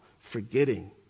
forgetting